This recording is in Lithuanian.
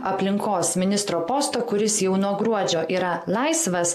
aplinkos ministro posto kuris jau nuo gruodžio yra laisvas